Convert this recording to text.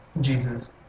Jesus